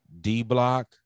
D-Block